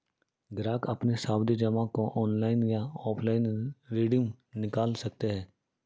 ग्राहक अपनी सावधि जमा को ऑनलाइन या ऑफलाइन रिडीम निकाल सकते है